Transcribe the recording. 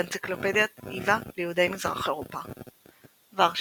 באנציקלופדיית ייווא ליהודי מזרח אירופה ורשה,